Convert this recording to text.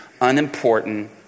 unimportant